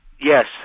Yes